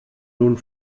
nun